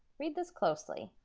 read this closely.